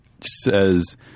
says